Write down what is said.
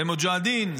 למוג'אהדין.